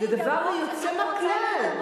זה דבר יוצא מן הכלל.